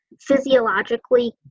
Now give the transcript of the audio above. physiologically